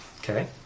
Okay